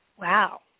Wow